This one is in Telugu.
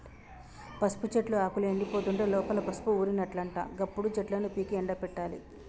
పసుపు చెట్టు ఆకులు ఎండిపోతుంటే లోపల పసుపు ఊరినట్లట గప్పుడు చెట్లను పీకి ఎండపెట్టాలి